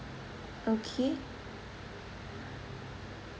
okay